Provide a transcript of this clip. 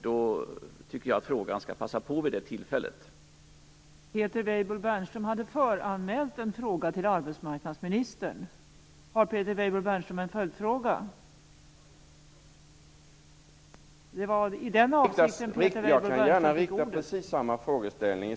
Jag tycker att frågeställaren skall passa på när ett sådant tillfälle ges.